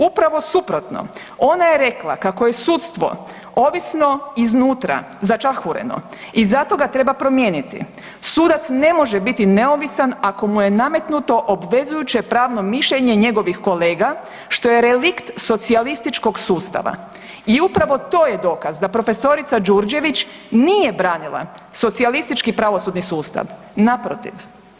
Upravo suprotno, ona je rekla kako je sudstvo ovisno iznutra, začahureno i zato ga treba promijeniti, sudac ne može biti neovisan ako mu je nametnuto obvezujuće pravno mišljenje njegovih kolega, što je relikt socijalističkog sustava, i upravo to je dokaz da profesorica Đurđević nije branila socijalistički pravosudni sustav, naprotiv.